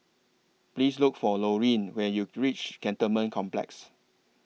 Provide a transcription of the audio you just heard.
Please Look For Lorene when YOU REACH Cantonment Complex